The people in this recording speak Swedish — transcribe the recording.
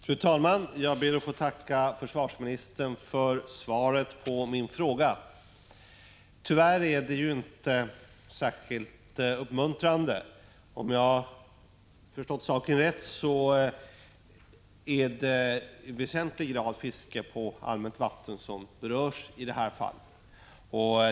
Fru talman! Jag ber att få tacka försvarsministern för svaret på min fråga. Tyvärr är det inte särskilt uppmuntrande. Om jag har förstått saken rätt, är det huvudsakligen fiske på allmänt vatten som berörs i det här fallet.